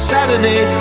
Saturday